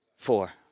Four